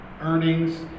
earnings